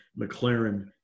McLaren